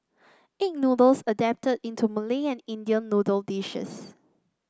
egg noodles adapted into Malay and Indian noodle dishes